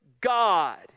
God